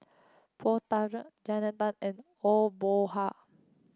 Poh Thian Jannie Tay and Aw Boon Haw